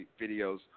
videos